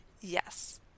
yes